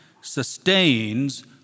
sustains